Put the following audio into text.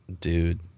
Dude